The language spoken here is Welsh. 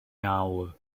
nawr